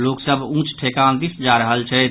लोक सभ ऊंच ठेकान दिस जा रहल छथि